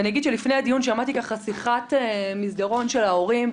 ואני אגיד שלפני הדיון שמעתי ככה שיחת מסדרון של ההורים,